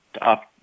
up